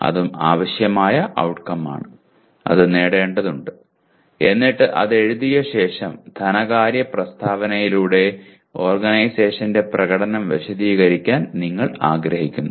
അതും ആവശ്യമായ ഔട്ട്കം ആണ് അത് നേടേണ്ടതുണ്ട് എന്നിട്ട് അത് എഴുതിയ ശേഷം ധനകാര്യ പ്രസ്താവനയിലൂടെ ഓർഗനൈസേഷന്റെ പ്രകടനം വിശദീകരിക്കാൻ നിങ്ങൾ ആഗ്രഹിക്കുന്നു